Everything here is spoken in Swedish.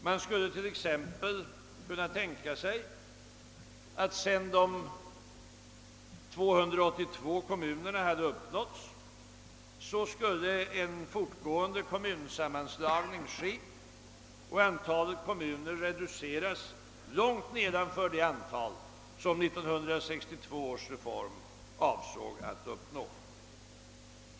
Man skulle t.ex. kunna tänka sig att sedan målet 282 kommuner hade uppnåtts skulle en fortgående kommunsammanslagning ske och antalet kommuner reduceras till långt nedanför det antal som 1962 års reform avsåg att uppnå.